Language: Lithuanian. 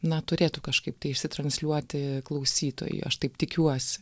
na turėtų kažkaip tai išsitransliuoti klausytojui aš taip tikiuosi